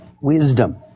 wisdom